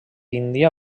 índia